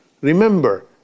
Remember